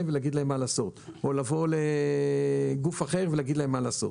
ולהגיד להם מה לעשות או לבוא לגוף אחר ולהגיד להם מה לעשות.